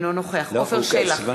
נגד עפר שלח,